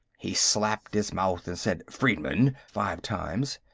he slapped his mouth, and said, freedman! five times.